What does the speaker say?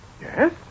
Yes